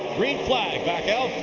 green flag back out.